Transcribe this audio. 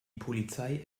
polizei